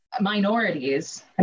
minorities